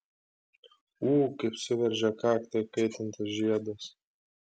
ū kaip suveržė kaktą įkaitintas žiedas